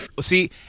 see